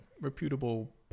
reputable